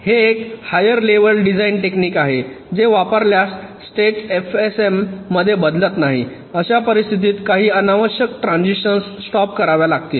हे एक higher level design technique आहे जे वापरल्यास स्टेट एफएसएम मध्ये बदलत नाही अशा परिस्थितीत काही अनावश्यक ट्रान्झिशन्स स्टॉप कराव्या लागतील